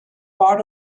part